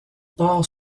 port